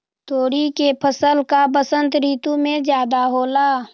तोरी के फसल का बसंत ऋतु में ज्यादा होला?